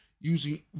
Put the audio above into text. using